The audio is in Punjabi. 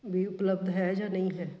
ਵੀ ਉਪਲਬਧ ਹੈ ਜਾਂ ਨਹੀਂ ਹੈ